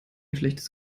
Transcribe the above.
schlechtes